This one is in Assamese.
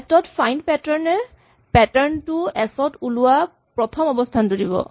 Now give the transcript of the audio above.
এচ ডট ফাইন্ড পেটাৰ্ণ এ পেটাৰ্ণ টো এচ ত ওলোৱা প্ৰথম অৱস্হানটো দিব